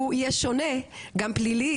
הוא יהיה שונה גם פלילי,